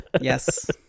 Yes